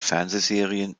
fernsehserien